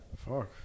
Fuck